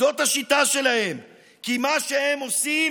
זו השיטה שלהם, כי מה שהם עושים